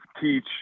teach